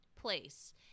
place